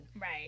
Right